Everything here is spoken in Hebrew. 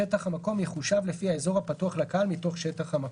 שטח המקום יחושב לפי האזור הפתוח לקהל מתוך שטח המקום."